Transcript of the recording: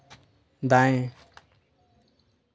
दाएँ